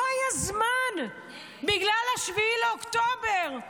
לא היה זמן בגלל 7 באוקטובר.